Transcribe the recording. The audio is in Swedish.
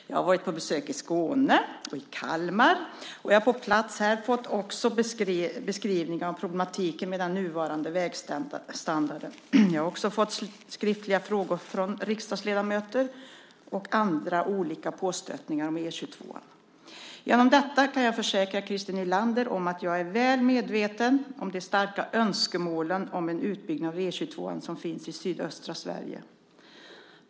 Jag har varit på besök i Skåne och i Kalmar och på plats fått beskrivningar av problematiken med den nuvarande vägstandarden. Jag har också fått skriftliga frågor från riksdagsledamöter och olika påstötningar om E 22. Genom detta kan jag försäkra Christer Nylander att jag är väl medveten om de starka önskemål om en utbyggnad av E 22 som finns i sydöstra Sverige.